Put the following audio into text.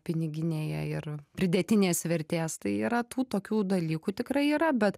piniginėje ir pridėtinės vertės tai yra tų tokių dalykų tikrai yra bet